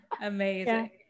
amazing